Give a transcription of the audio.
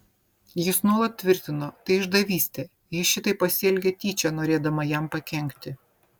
jis nuolat tvirtino tai išdavystė ji šitaip pasielgė tyčia norėdama jam pakenkti